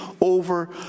over